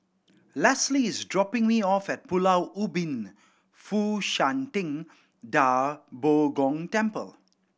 Lesley is dropping me off at Pulau Ubin Fo Shan Ting Da Bo Gong Temple